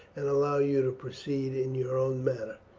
and allow you to proceed in your own manner.